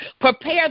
Prepare